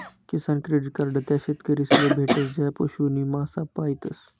किसान credit card त्या शेतकरीस ले भेटस ज्या पशु नी मासा पायतस